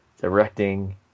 directing